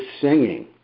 singing